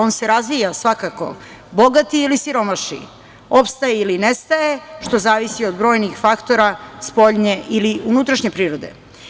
On se razvija, bogati ili siromaši, opstaje ili nestaje, što zavisi od brojnih faktora spoljne ili unutrašnje prirode.